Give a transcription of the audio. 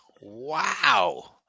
Wow